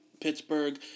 Pittsburgh